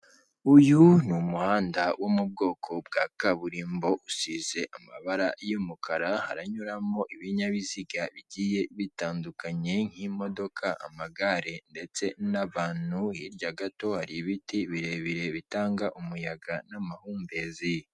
Uyu ni umuhanda wo mu bwoko bwa kaburimbo usize amabara y'umukara haranyuramo ibinyabiziga bigiye bitandukanye nk'imodoka, amagare ndetse n'abantu, hirya gato hari ibiti birebire bitanga umuyaga n'amahumbezi.